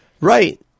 Right